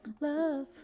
love